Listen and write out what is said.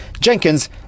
Jenkins